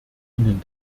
ihnen